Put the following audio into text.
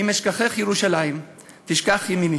"אם אשכחך ירושלם תשכח ימיני,